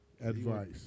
Advice